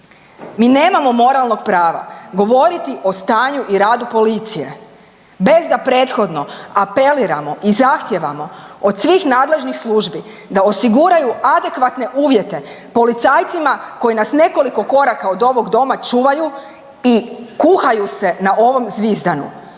Mi nemamo moralnog prava govoriti o stanju i radu policije bez da prethodno apeliramo i zahtijevamo od svih nadležnih službi da osiguraju adekvatne uvjete policajcima koji nas nekoliko koraka od ovog doma čuvaju i kuhaju se na ovom zvizdanu.